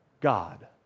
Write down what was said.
God